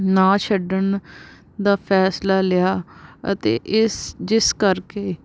ਨਾ ਛੱਡਣ ਦਾ ਫੈਸਲਾ ਲਿਆ ਅਤੇ ਇਸ ਜਿਸ ਕਰਕੇ